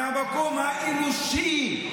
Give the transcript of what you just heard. מהמקום האנושי,